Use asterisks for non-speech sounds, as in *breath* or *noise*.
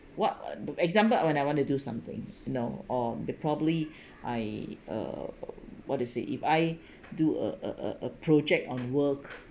what wa~ example I when I want to do something you know or the probably *breath* I uh what to say if I *breath* do a a a project on work